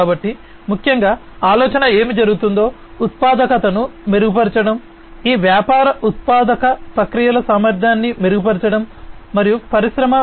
కాబట్టి ముఖ్యంగా ఆలోచన ఏమి జరుగుతుందో ఉత్పాదకతను మెరుగుపరచడం ఈ వ్యాపార ఉత్పాదక ప్రక్రియల సామర్థ్యాన్ని మెరుగుపరచడం మరియు పరిశ్రమ 4